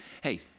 hey